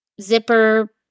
zipper